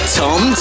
tom